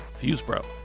Fusebro